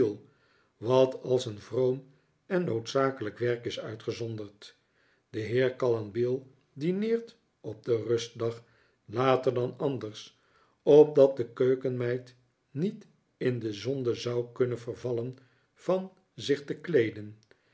wat als een vroom en noodzakelijk werk is uitgezonderd de heer gallanbile dineert op den rustdag later dan anders opdat de keukenmeid niet in de zonde zou kunnen vervallen van zich te kleeden